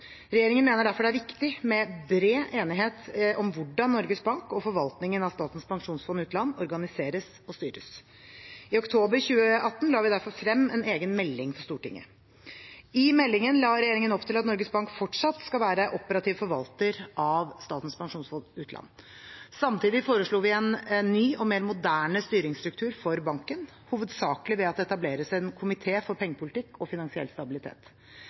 Regjeringen mener derfor det er viktig med bred enighet om hvordan Norges Bank og forvaltningen av Statens pensjonsfond utland organiseres og styres. I oktober 2018 la vi derfor frem en egen melding for Stortinget. I meldingen la regjeringen opp til at Norges Bank fortsatt skal være operativ forvalter av Statens pensjonsfond utland. Samtidig foreslo vi en ny og mer moderne styringsstruktur for banken, hovedsakelig ved at det etableres en komité for pengepolitikk og finansiell stabilitet.